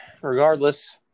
regardless